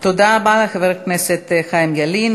תודה רבה לחבר הכנסת חיים ילין.